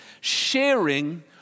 Sharing